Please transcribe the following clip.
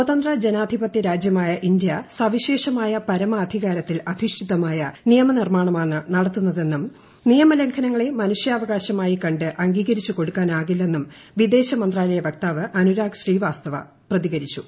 സ്വതന്ത്രജനാധിപതൃരാജൃമായ ഇന്ത്യ സവിശേഷമായ പരാമാധികുള്ളത്തിൽ അധിഷ്ഠിതമായ നിയമനിർമാണമാണ് നടത്തുന്നൂത്തെണു്ം നിയമലംഘനങ്ങളെ മനുഷ്യാവകാശമായ് കണ്ട് അംഗീരിച്ചുകൊടുക്കാനാകില്ലെന്നും വിദേശമന്ത്രാലയ വക്താവ് ് അനുരാഗ് ശ്രീവാസ്ഥവ പ്രതികരിച്ചു